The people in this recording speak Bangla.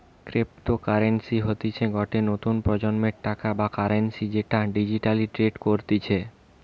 ক্র্যাপ্তকাররেন্সি হতিছে গটে নতুন প্রজন্মের টাকা বা কারেন্সি যেটা ডিজিটালি ট্রেড করতিছে